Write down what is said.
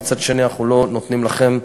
ומצד שני אנחנו לא נותנים לכם,